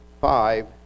five